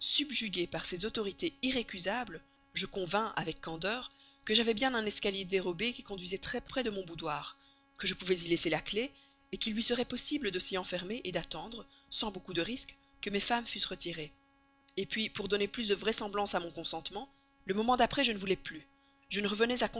subjuguée par ces autorités irrécusables je convins avec candeur que j'avais bien un escalier dérobé qui conduisait très près de mon boudoir que je pouvais y laisser la clef qu'il lui serait possible de s'y enfermer d'attendre sans beaucoup de risques que mes femmes fussent retirées puis pour donner plus de vraisemblance à mon consentement le moment d'après je ne voulais plus je ne revenais